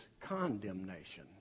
condemnation